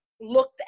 looked